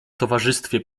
towarzystwie